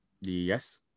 yes